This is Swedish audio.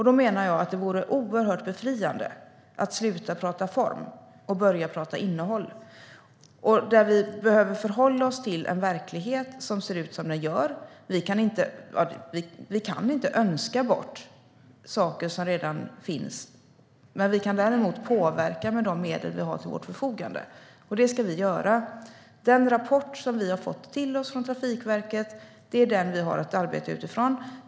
Då menar jag att det vore oerhört befriande att sluta prata form och börja prata innehåll. Vi behöver förhålla oss till en verklighet som ser ut som den gör. Vi kan inte önska bort saker som redan finns. Däremot kan vi påverka med de medel som vi har till vårt förfogande, och det ska vi göra. Den rapport som vi har fått från Trafikverket är den vi har att arbeta utifrån.